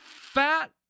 fat